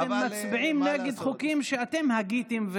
אתם מצביעים נגד חוקים שאתם הגיתם.